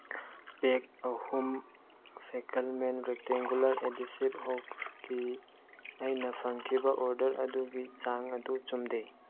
ꯄꯦꯛ ꯑꯍꯨꯝ ꯐꯦꯛꯀꯜꯃꯦꯟ rectangular adhesive ꯍꯥꯎꯁꯀꯤ ꯑꯩꯅ ꯐꯪꯈꯤꯕ ꯑꯣꯔꯗꯔ ꯑꯗꯨꯒꯤ ꯆꯥꯡ ꯑꯗꯨ ꯆꯨꯝꯗꯦ